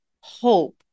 hope